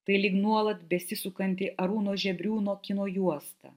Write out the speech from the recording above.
tai lyg nuolat besisukanti arūno žebriūno kino juosta